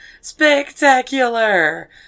Spectacular